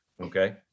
Okay